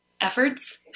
efforts